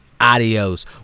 Adios